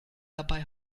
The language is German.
dabei